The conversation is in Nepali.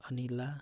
अनिला